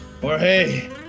Jorge